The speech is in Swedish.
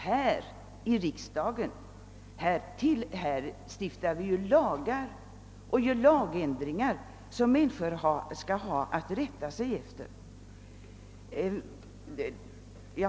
Här gäller det lagar, som vi stiftar i riksdagen, lagar som människor skall ha att rätta sig efter.